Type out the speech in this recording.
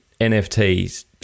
NFTs